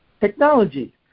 Technology